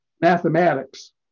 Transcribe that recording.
mathematics